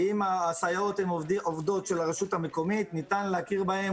אם הסייעות הן עובדות של הרשות המקומית ניתן להכיר בהן